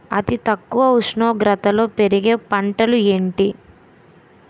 అతి తక్కువ ఉష్ణోగ్రతలో పెరిగే పంటలు ఏంటి?